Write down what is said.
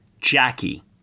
Jackie